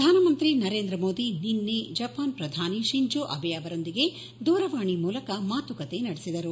ಪ್ರಧಾನಮಂತ್ರಿ ನರೇಂದ್ರ ಮೋದಿ ನಿನ್ನೆ ಜಪಾನ್ ಪ್ರಧಾನಿ ಶಿಂಜೋ ಅಬೆ ಅವರೊಂದಿಗೆ ದೂರವಾಣಿ ಮೂಲಕ ಮಾತುಕತೆ ನಡೆಸಿದರು